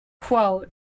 Quote